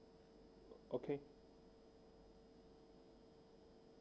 okay